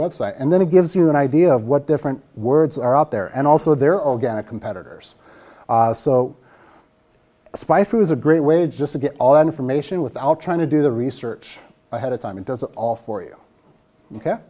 website and then it gives you an idea of what different words are out there and also they're organic competitors so spice was a great way just to get all that information without trying to do the research ahead of time it does it all for you